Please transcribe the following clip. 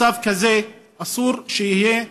מצב כזה אסור שיהיה.